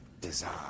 design